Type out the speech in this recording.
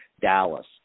Dallas